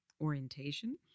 orientation